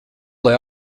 lai